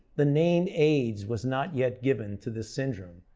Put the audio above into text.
the name aids was not yet given to this syndrome.